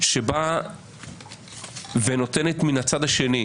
שבאה ונותנת מן הצד השני.